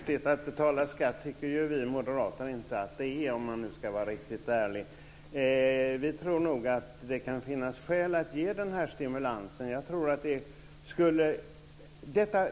Fru talman! Vi moderater tycker inte - för att vara riktigt ärlig - att det är så häftigt att betala skatt. Vi tror nog att det kan finnas skäl att ge den här stimulansen.